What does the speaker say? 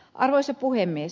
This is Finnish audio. arvoisa puhemies